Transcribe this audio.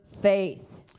faith